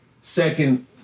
second